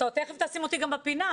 אתה תיכף תשים אותי גם בפינה.